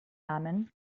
namen